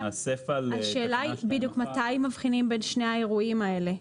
השאלה היא מתי מבחינים בין שני האירועים האלה.